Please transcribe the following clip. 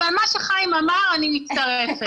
אבל מה שחיים אמר אני מצטרפת.